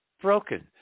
broken